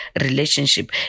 relationship